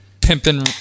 pimping